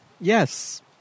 Yes